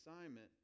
assignment